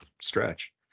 stretch